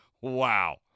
Wow